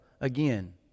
again